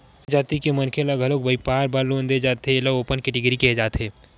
सामान्य जाति के मनखे ल घलो बइपार बर लोन दे जाथे एला ओपन केटेगरी केहे जाथे